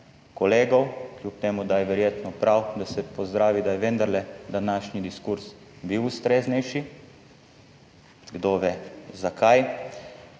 kolegov kljub temu, da je verjetno prav, da se pozdravi, da je vendarle današnji diskurz bil ustreznejši, kdo ve zakaj.